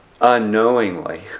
unknowingly